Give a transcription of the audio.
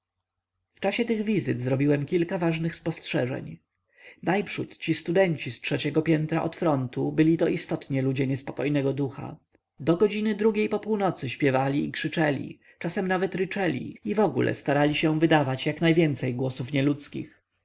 w czasie tych wizyt zrobiłem kilka ważnych spostrzeżeń najprzód ci studenci z trzeciego piętra od frontu byli to istotnie ludzie niespokojnego ducha do godziny drugiej po północy śpiewali i krzyczeli czasami nawet ryczeli i wogóle starali się wydawać jak najwięcej głosów nieludzkich